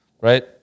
right